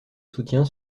soutien